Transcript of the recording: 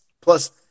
plus